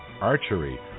archery